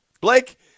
Blake